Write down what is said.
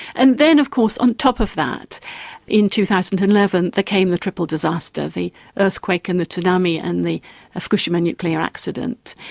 and then of course on top of that in two thousand and eleven there came the triple disaster, the earthquake and the tsunami and the ah fukushima nuclear accident.